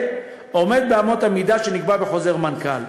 עומד באמות המידה שנקבעו בחוזר המנכ"ל.